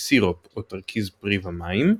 מסירופ או תרכיז פרי ומים,